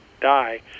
die